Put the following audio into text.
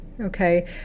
Okay